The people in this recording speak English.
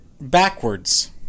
backwards